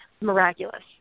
miraculous